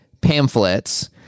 pamphlets